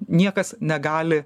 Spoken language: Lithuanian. niekas negali